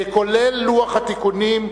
כולל לוח התיקונים.